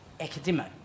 academic